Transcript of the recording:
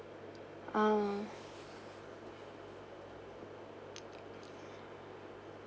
ah